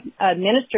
administer